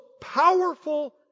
powerful